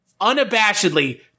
unabashedly